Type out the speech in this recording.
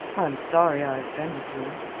i'm sorry i offended you.